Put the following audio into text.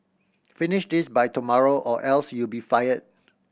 finish this by tomorrow or else you'll be fired